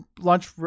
lunch